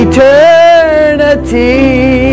Eternity